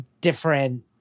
different